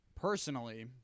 Personally